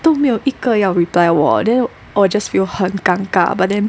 都没有一个要 reply 我 then 我 just feel 很尴尬 but then